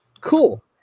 cool